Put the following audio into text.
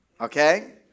Okay